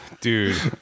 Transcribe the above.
Dude